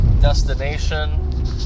destination